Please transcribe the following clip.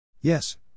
Yes